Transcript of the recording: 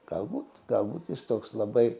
galbūt galbūt jis toks labai